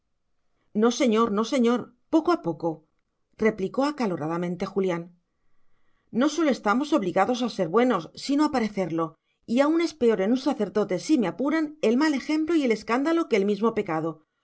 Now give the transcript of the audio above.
no señor no señor poco a poco replicó acaloradamente julián no sólo estamos obligados a ser buenos sino a parecerlo y aún es peor en un sacerdote si me apuran el mal ejemplo y el escándalo que el mismo pecado